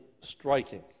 striking